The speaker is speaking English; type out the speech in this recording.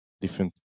different